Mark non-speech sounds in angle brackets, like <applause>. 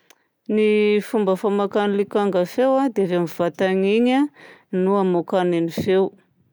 Ny <hesitation> fomba famoakan'ny lokanga feo a dia ilay amin'ny vatagny igny a no amoakany ny feo.